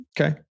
Okay